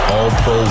All-Pro